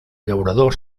llaurador